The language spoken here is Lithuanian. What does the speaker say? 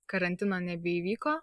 karantino nebeįvyko